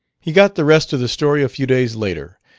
he got the rest of the story a few days later,